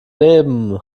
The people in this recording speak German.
leben